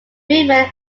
movement